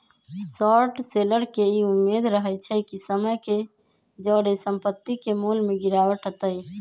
short seller के इ उम्मेद रहइ छइ कि समय के जौरे संपत्ति के मोल में गिरावट अतइ